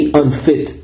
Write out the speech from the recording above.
unfit